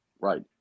Right